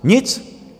Nic!